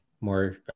More